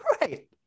Right